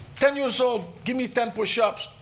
ten years old, give me ten push ups,